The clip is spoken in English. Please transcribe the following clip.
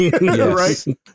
Right